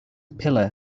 pillar